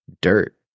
Dirt